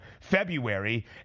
February